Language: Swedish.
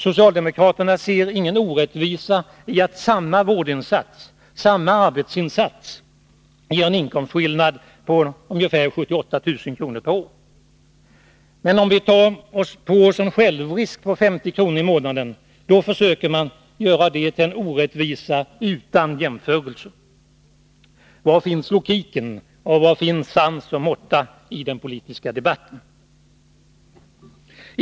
Socialdemokraterna ser ingen orättvisa i att samma vårdinsats — samma arbetsinsats — ger en inkomstskillnad på 78 000 kr. per år. Men om vi tar på oss en självrisk på 50 kr. i månaden, försöker man göra det till en orättvisa utan jämförelse. Var finns logiken? Var finns sans och måtta i den politiska debatten?